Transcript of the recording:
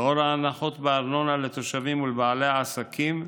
לאור ההנחות בארנונה לתושבים ובעלי העסקים,